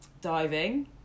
diving